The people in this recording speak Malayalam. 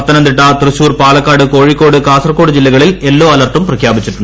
പത്തനംതിട്ട തൃശൂർ പാലക്കാട് കോഴിക്കോട് കാസർകോഡ് ജില്ലകളിൽ യെല്ലോ അലർട്ടും പ്രഖ്യാപിച്ചു